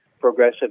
progressive